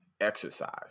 exercise